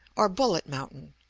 or bullet mountain,